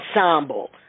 ensemble